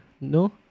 No